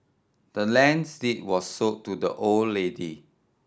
the land's deed was sold to the old lady